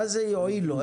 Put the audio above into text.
מה זה יועיל לו?